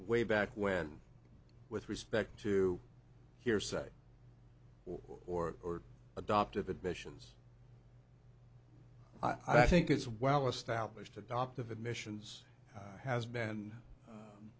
way back when with respect to hearsay or adoptive admissions i think it's well established adoptive admissions has been